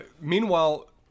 meanwhile